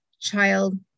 child